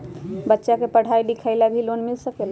बच्चा के पढ़ाई लिखाई ला भी लोन मिल सकेला?